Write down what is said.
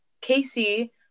Casey